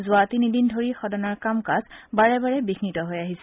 যোৱা তিনিদিন ধৰি সদনৰ কামকাজ বাৰে বাৰে বিঘ্নিত হৈ আহিছে